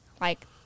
Like-